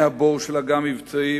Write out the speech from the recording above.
מהבור של אג"ם-מבצעים,